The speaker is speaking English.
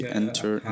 enter